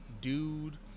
dude